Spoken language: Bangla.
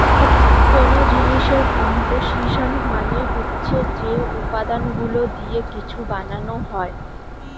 কোন জিনিসের কম্পোসিশন মানে হচ্ছে যে উপাদানগুলো দিয়ে কিছু বানানো হয়